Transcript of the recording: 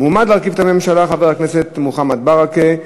מועמד להרכיב את הממשלה חבר הכנסת מוחמד ברכה.